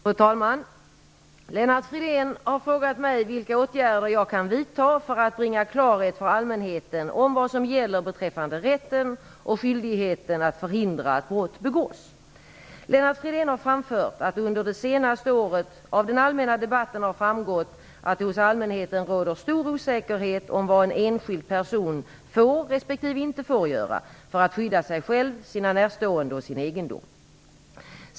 Fru talman! Lennart Fridén har frågat mig vilka åtgärder jag kan vidta för att bringa klarhet för allmänheten om vad som gäller beträffande rätten och skyldigheten att förhindra att brott begås. Lennart Fridén har framfört att det under det senaste året av den allmänna debatten har framgått att det hos allmänheten råder stor osäkerhet om vad en enskild person får respektive inte får göra för att skydda sig själv, sina närstående och sin egendom.